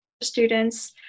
students